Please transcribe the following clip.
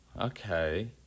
Okay